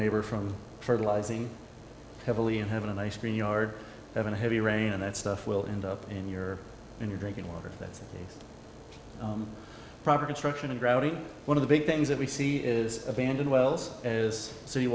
neighbor from fertilizing heavily and have an ice cream yard having a heavy rain and that stuff will end up in your in your drinking water that's proper construction and rowdy one of the big things that we see is abandon wells is so you